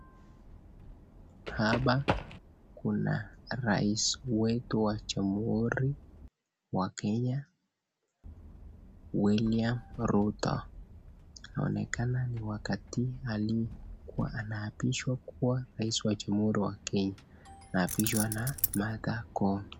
Hapa kuna rais wetu wa Jamhuri wa Kenya, William Ruto. Inaonekana ni wakati alikuwa anaapishwa kuwa rais wa Jaamhuri wa Kenya. Anaapishwa na Martha Koome.